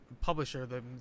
publisher